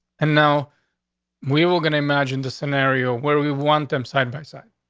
and now we were gonna imagine the scenario where we want them side by side.